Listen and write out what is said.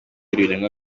ibiremwa